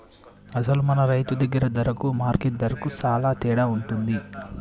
అసలు మన రైతు దగ్గర ధరకు మార్కెట్ ధరకు సాలా తేడా ఉంటుంది